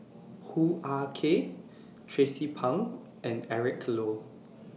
Hoo Ah Kay Tracie Pang and Eric Low